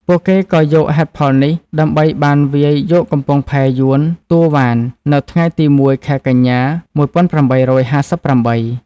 ពួកគេក៏យកហេតុផលនេះដើម្បីបានវាយយកកំពង់ផែយួនតួវ៉ាននៅថ្ងៃទី១ ខែកញ្ញា ១៨៥៨។